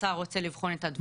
השר רוצה לבחון את הדברים.